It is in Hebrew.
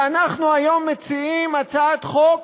ואנחנו היום מציעים הצעת חוק